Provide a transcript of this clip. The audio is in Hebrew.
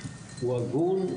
הוא הגון,